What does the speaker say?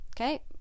okay